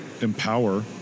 empower